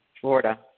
Florida